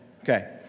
Okay